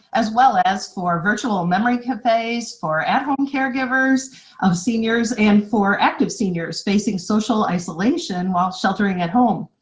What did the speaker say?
as well as for virtual memory cafes or at-home caregivers of seniors and for active seniors facing social isolation while sheltering at home.